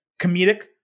comedic